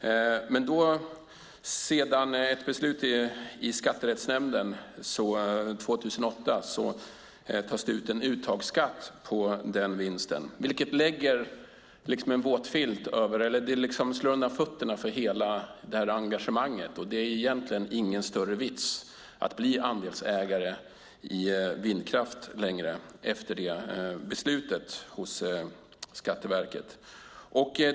Men efter ett beslut i skatterättsnämnden 2008 tas det ut en uttagsskatt på den vinsten, vilket slår undan fötterna för hela detta engagemang. Det är egentligen inte längre någon större vits att bli andelsägare i vindkraft efter det beslutet hos Skatteverket.